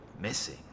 Missing